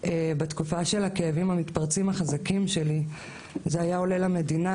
בתקופה של הכאבים המתפרצים החזקים שלי זה היה עולה למדינה